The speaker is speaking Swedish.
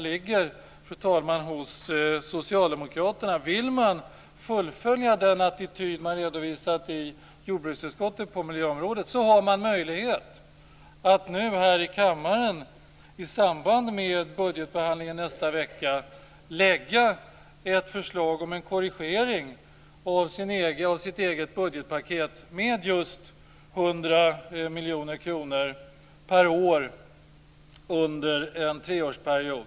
Vill Socialdemokraterna fullfölja den attityd som de har redovisat i jordbruksutskottet på miljöområdet har de möjlighet att nu här i kammaren i samband med budgetbehandlingen nästa vecka lägga fram ett förslag om en korrigering av sitt eget budgetpaket med just 100 miljoner kronor per år under en treårsperiod.